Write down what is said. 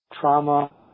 trauma